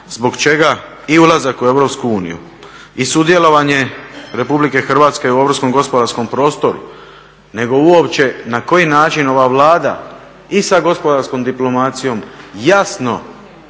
zbog čega i ulazak u EU i sudjelovanje RH u europskom gospodarskom prostoru nego uopće na koji način ova Vlada i sa gospodarskom diplomacijom jasno